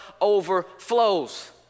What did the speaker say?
overflows